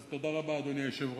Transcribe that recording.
אז תודה רבה, אדוני היושב-ראש.